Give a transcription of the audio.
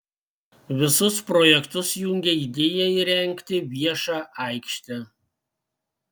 visus projektus jungia idėja įrengti viešą aikštę